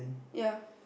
ya